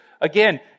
Again